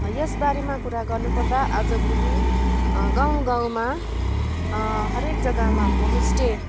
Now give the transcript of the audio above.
यसबारेमा कुरा गर्नुपर्दा आजभोलि गाउँ गाउँमा हरेक जग्गामा होमस्टे